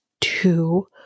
two